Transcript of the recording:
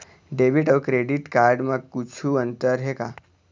Debit अऊ credit card म कुछू अंतर हे का?